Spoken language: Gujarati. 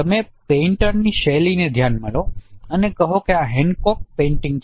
તમે પેઇન્ટરની શૈલીને ધ્યાનમાં લો અને કહો કે આ હેનકોક પેઇન્ટિંગ છે